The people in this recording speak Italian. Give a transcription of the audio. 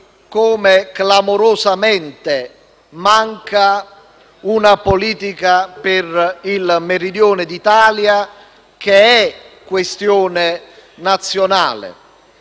clamorosamente, una politica per il meridione d'Italia che è questione nazionale.